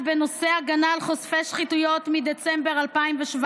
בנושא הגנה על חושפי שחיתויות מדצמבר 2017,